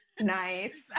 nice